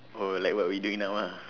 oh like what we doing now ah